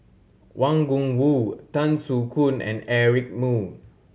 Wang Gungwu Tan Soo Khoon and Eric Moo